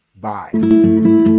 bye